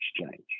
exchange